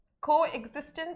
Coexistence